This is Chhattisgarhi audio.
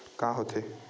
का होथे?